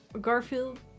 Garfield